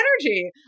energy